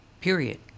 period